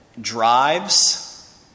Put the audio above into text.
drives